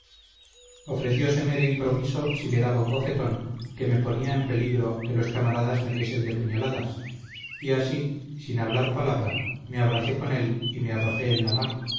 ofrecióseme de improviso si le daba un bofetón que me ponía en peligro que los camaradas me diesen de puñaladas y así sin hablar palabra me abracé con él y me arrojé en la mar